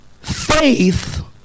faith